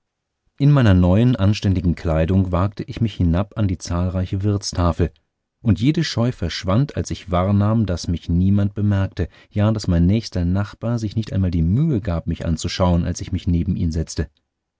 in meiner neuen anständigen kleidung wagte ich mich hinab an die zahlreiche wirtstafel und jede scheu verschwand als ich wahrnahm daß mich niemand bemerkte ja daß mein nächster nachbar sich nicht einmal die mühe gab mich anzuschauen als ich mich neben ihn setzte